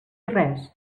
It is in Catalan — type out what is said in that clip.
res